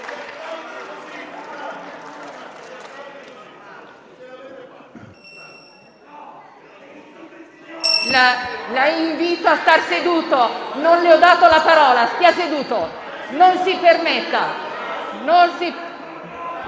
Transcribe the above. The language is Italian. la invito a stare seduto. Non le ho dato la parola, stia seduto. Non si permetta.